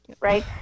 Right